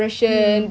hmm